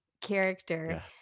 character